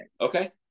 Okay